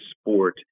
sport